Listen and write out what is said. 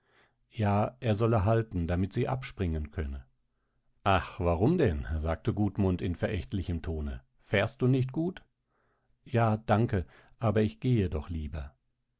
ja er solle halten damit sie abspringen könne ach warum denn sagte gudmund in verächtlichem tone fährst du nicht gut ja danke aber ich gehe doch lieber